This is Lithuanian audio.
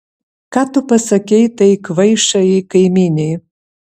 ką tu pasakei tai kvaišajai kaimynei